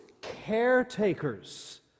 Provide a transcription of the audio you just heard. caretakers